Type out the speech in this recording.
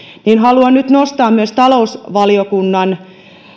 ja haluan nyt nostaa myös talousvaliokunnan